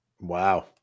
Wow